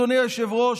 אדוני היושב-ראש,